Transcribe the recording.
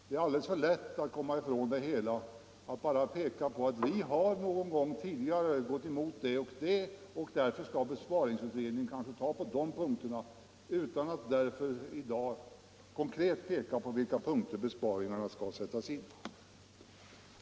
Det är alldeles för lätt att komma ifrån det hela genom att bara peka på att man någon gång tidigare har gått emot det och det och därför skall besparingsutredningen ta upp de punkterna, utan att man därför i dag konkret pekar ut på vilka punkter besparingarna skall sättas in.